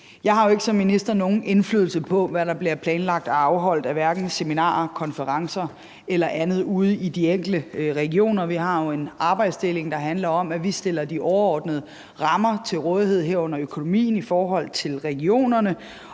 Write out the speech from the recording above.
Jeg har jo ikke som minister nogen indflydelse på, hvad der bliver planlagt og afholdt af hverken seminarer, konferencer eller andet ude i de enkelte regioner. Vi har jo en arbejdsdeling, der handler om, at vi stiller de overordnede rammer til rådighed i forhold til regionerne,